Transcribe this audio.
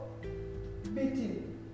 beating